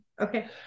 Okay